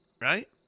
right